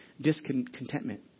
discontentment